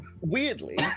weirdly